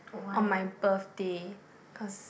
on my birthday cause